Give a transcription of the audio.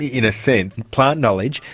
in a sense, plant knowledge.